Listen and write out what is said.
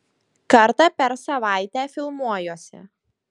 kartą per savaitę filmuojuosi